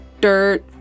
dirt